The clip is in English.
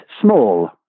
small